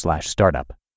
startup